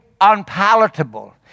unpalatable